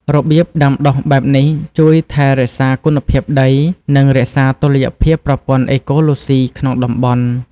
របៀបដាំដុះបែបនេះ ជួយថែរក្សាគុណភាពដី និងរក្សាតុល្យភាពប្រព័ន្ធអេកូឡូស៊ីក្នុងតំបន់។